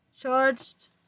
charged